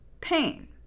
pain